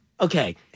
Okay